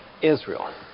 Israel